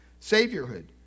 saviorhood